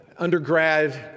undergrad